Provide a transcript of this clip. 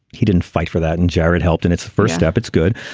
he didn't fight for that and jarrett helped in it's the first step it's good.